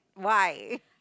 why